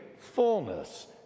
fullness